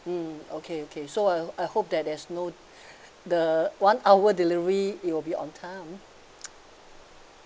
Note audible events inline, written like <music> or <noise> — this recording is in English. mm okay okay so uh I hope there is no <laughs> the one hour delivery it will be on time <noise>